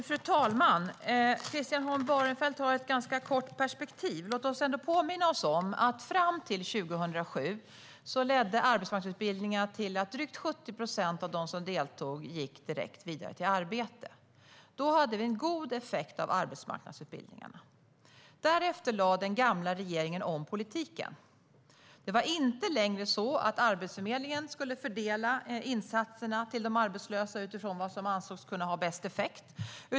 Fru talman! Christian Holm Barenfeld har ett ganska kort perspektiv. Låt oss ändå påminna oss om att drygt 70 procent av dem som deltog i arbetsmarknadsutbildningar fram till 2007 gick direkt vidare till arbete. Då hade vi en god effekt av arbetsmarknadsutbildningarna. Den borgerliga regeringen lade dock om politiken. Det var inte längre så att Arbetsförmedlingen skulle fördela insatserna till de arbetslösa utifrån vad som ansågs kunna ha bäst effekt.